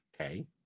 Okay